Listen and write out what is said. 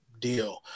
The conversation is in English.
deal